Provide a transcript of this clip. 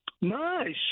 Nice